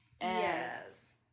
Yes